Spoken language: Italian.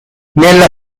nella